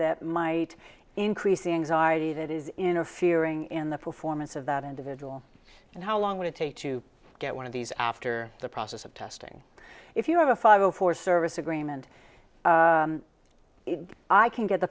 that might increase anxiety that is interfering in the performance of that individual and how long would it take to get one of these after the process of testing if you have a five zero for service agreement i can get the